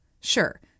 Sure